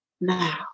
now